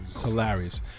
Hilarious